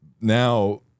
now